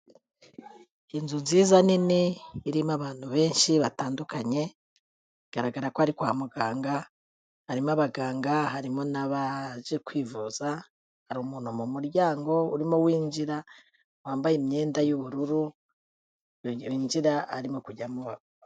Inzu nziza nini irimo abantu benshi batandukanye bigaragara ko ari kwa muganga harimo abaganga, harimo n'abaje kwivuza, hari umuntu mu muryango urimo winjira wambaye imyenda y'ubururu yinjira arimo kujya mu...